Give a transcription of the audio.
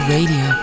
Radio